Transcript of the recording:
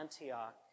Antioch